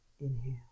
Inhale